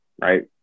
right